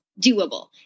doable